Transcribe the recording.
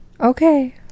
Okay